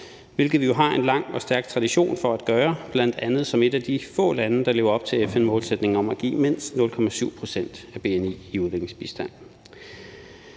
hvilket vi jo har en lang og stærk tradition for at gøre, bl.a. som et af de få lande, der lever op til FN-målsætningen om at give mindst 0,7 pct. af bni i udviklingsbistand.